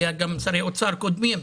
היו גם שרי אוצר קודמים.